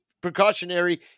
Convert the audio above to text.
precautionary